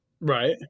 Right